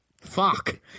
Fuck